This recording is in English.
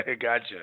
Gotcha